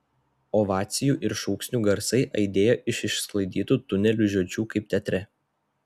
ovacijų ir šūksnių garsai aidėjo iš išsklaidytų tunelių žiočių kaip teatre